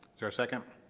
there a second?